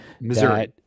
Missouri